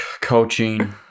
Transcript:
coaching